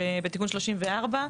בתיקון 34,